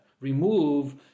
remove